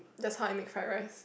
that's how I make fried rice